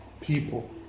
people